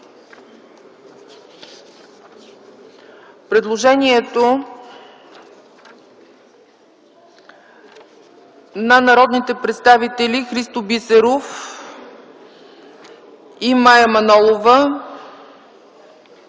предложението на народните представители Христо Бисеров и Мая Манолова